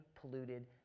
polluted